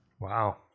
Wow